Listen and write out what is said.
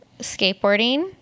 skateboarding